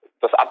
das